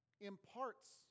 imparts